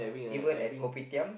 even at Kopitiam